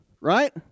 right